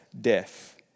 death